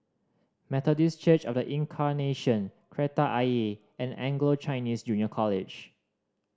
Methodist Church Of The Incarnation Kreta Ayer and Anglo Chinese Junior College